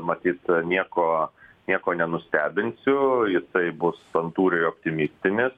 matyt nieko nieko nenustebinsiu tai bus santūriai optimistinis